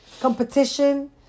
Competition